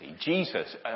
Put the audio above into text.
Jesus